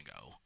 go